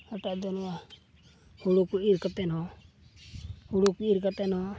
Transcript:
ᱦᱟᱴᱟᱜ ᱫᱚ ᱱᱚᱣᱟ ᱦᱩᱲᱩ ᱠᱚ ᱤᱨ ᱠᱟᱛᱮᱫ ᱦᱚᱸ ᱦᱩᱲᱩ ᱠᱚ ᱤᱨ ᱠᱟᱛᱮᱫ ᱦᱚᱸ